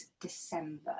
December